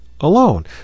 alone